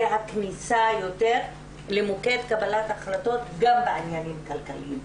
הכניסה יותר למוקד קבלת החלטות גם בעניינים כלכליים.